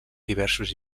diversos